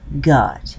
God